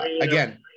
again